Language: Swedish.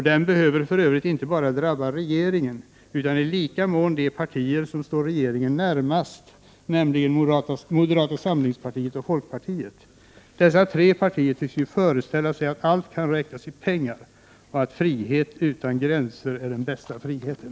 Den behöver för övrigt inte bara drabba regeringen och socialdemokraterna, utan i lika mån de partier som står regeringen närmast, nämligen moderata samlingspartiet och folkpartiet. Dessa tre partier tycks ju föreställa sig att allt kan räknas i pengar och att frihet utan gränser är den bästa friheten.